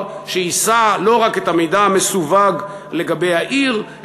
שיישא לא רק את המידע המסווג לגבי העיר,